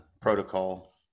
protocol